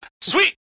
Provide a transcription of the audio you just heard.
Sweet